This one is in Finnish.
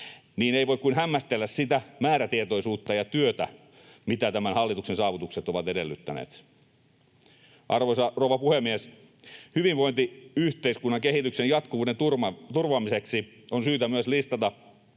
— ja ei voi kuin hämmästellä sitä määrätietoisuutta ja työtä, mitä tämän hallituksen saavutukset ovat edellyttäneet. Arvoisa rouva puhemies! Hyvinvointiyhteiskunnan kehityksen jatkuvuuden turvaamiseksi on syytä myös listata